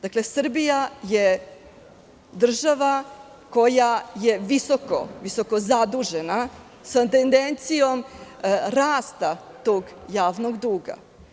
Srbija je država koja je visoko zadužena, sa tendencijom rasta tog javnog duga.